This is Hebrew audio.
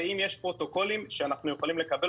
האם יש פרוטוקולים שאנחנו יכולים לקבל